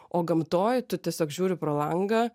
o gamtoj tu tiesiog žiūri pro langą